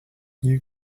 you